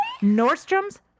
Nordstrom's